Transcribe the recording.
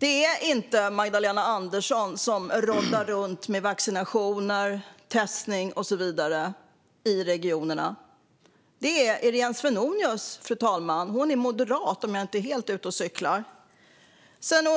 Det är inte Magdalena Andersson som råddar runt med testning, vaccinationer med mera i regionerna. I Region Stockholm är det Irene Svenonius, och hon är moderat - om jag inte är helt ute och cyklar.